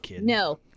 no